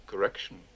Correction